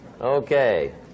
Okay